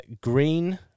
green